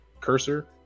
cursor